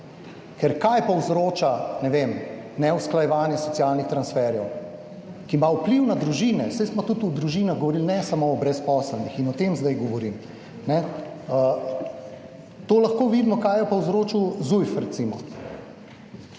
Ker kaj povzroča, ne vem, neusklajevanje socialnih transferjev, ki ima vpliv na družine? Saj smo tudi o družinah govorili, ne samo o brezposelnih, in o tem zdaj govorim. Lahko vidimo, kaj je povzročil Zujf, recimo.